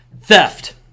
Theft